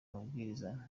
mabwiriza